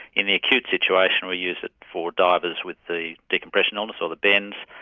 in the acute situation we use it for divers with the decompression illness, or the bends,